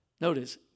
Notice